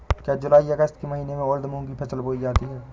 क्या जूलाई अगस्त के महीने में उर्द मूंग की फसल बोई जाती है?